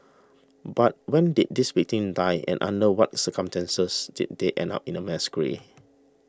but when did these victims die and under what circumstances did they end up in a mass grave